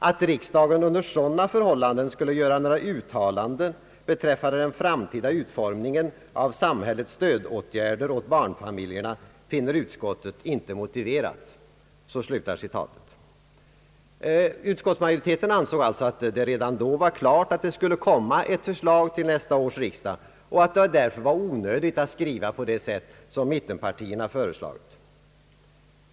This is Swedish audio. Att riksdagen under sådana förhållanden skulle göra några uttalanden beträffande den framtida utformningen av samhällets stödåtgärder åt barnfamiljerna finner utskottet inte motiverat.» Utskottsmajoriteten ansåg alltså att det redan då var klart att det skulle komma ett förslag till nästa års riksdag och att det därför var onödigt att skriva på det sätt som mittenpartierna föreslagit.